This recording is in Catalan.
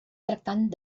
tractant